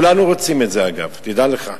כולנו רוצים את זה, אגב, תדע לך.